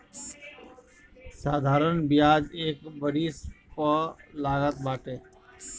साधारण बियाज एक वरिश पअ लागत बाटे